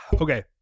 Okay